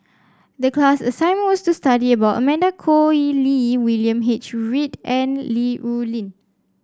the class assignment was to study about Amanda Koe Lee William H Read and Li Rulin